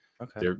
Okay